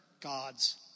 God's